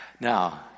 Now